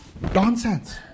Nonsense